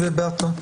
תודה.